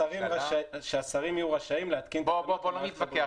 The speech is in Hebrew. שהשרים יהיו רשאים --- בוא לא נתווכח